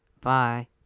Bye